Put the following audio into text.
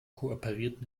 kooperiert